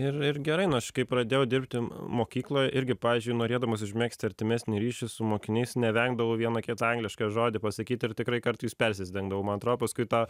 ir ir gerai nu aš kai pradėjau dirbti mokykloj irgi pavyzdžiui norėdamas užmegzti artimesnį ryšį su mokiniais nevengdavau vieną kitą anglišką žodį pasakyti ir tikrai kartais persistengdavau man atrodo paskui tą